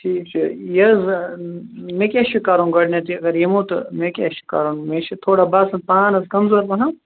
ٹھیٖک چھُ یہِ حظ مےٚ کیٛاہ چھُ کَرُن گۄڈنٮ۪تھ یہِ اَگر یِمو تہٕ مےٚ کیٛاہ چھُ کَرُن مےٚ چھِ تھوڑا باسان پان حظ کمزور پَہم